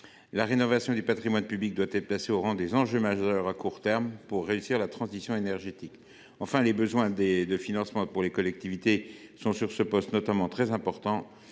La rénovation du patrimoine public doit être placée au rang des enjeux majeurs à court terme pour réussir la transition énergétique. Les besoins de financement pour des collectivités sont très importants,